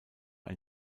ein